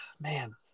Man